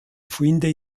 finde